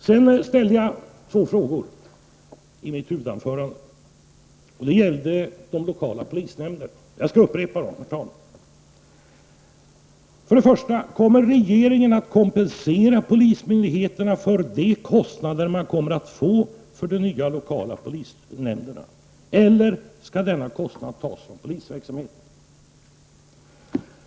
Sedan ställde jag två frågor i mitt huvudanförande som gällde de lokala polisnämnderna. Jag skall upprepa frågorna. Min första fråga löd: Kommer regeringen att kompensera polismyndigheterna för de kostnader som de kommer att få för de nya lokala polisnämnderna, eller skall dessa pengar tas från polisverksamhet?